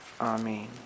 Amen